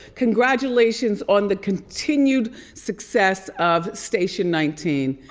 congratulations on the continued success of station nineteen.